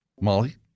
Molly